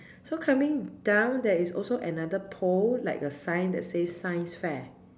so coming down there is also another pole like a sign that says science fair